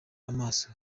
amaso